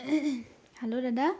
hello দাদা